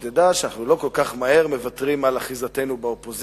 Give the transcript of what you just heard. חשוב שתדע שאנחנו לא כל כך מהר מוותרים על אחיזתנו באופוזיציה.